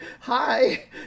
hi